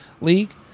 league